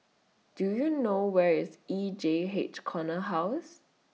Do YOU know Where IS E J H Corner House